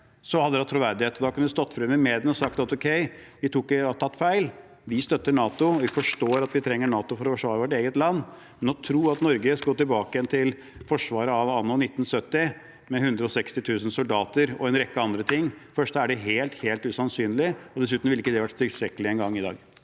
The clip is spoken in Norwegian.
hadde de hatt troverdighet. Da kunne de stått frem i mediene og sagt at ok, vi har tatt feil, vi støtter NATO, vi forstår at vi trenger NATO for å forsvare vårt eget land. Men å tro at Norge skal tilbake igjen til Forsvaret av 1970, med 160 000 soldater og en rekke andre ting – for det første er det helt, helt usannsynlig, og dessuten ville det ikke engang vært tilstrekkelig i dag.